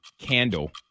candle